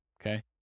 okay